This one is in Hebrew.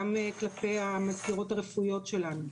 גם כלפי המזכירות הרפואיות שלנו.